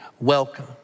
welcome